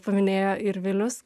paminėjo ir vilius